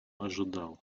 ожидал